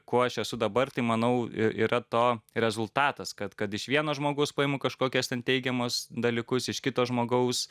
kuo aš esu dabar tai manau yra to rezultatas kad kad iš vieno žmogaus paimu kažkokius ten teigiamus dalykus iš kito žmogaus